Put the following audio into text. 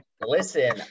Listen